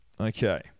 Okay